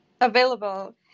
available